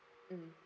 mm